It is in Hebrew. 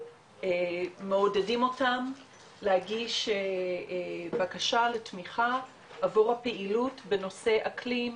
מעודדים אותם להגיש בקשה לתמיכה עבור הפעילות בנושא אקלים,